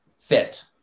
fit